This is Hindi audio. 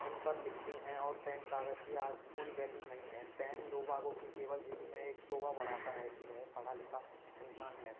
उन पर लिखते हैं और पेन कागज़ की आज कोई वैल्यू नहीं है पेन लोग वागों की केवल जेब में एक शोभा बढ़ाता है कि वह पढ़ा लिखा इंसान है